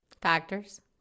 factors